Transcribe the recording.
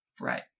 right